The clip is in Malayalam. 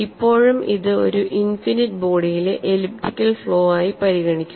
ഇപ്പോഴും ഇത് ഒരു ഇനിഫിനിറ്റ് ബോഡിയിലെ എലിപ്റ്റിക്കൽ ഫ്ലോ ആയി പരിഗണിക്കുക